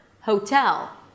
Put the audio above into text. Hotel